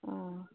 ओ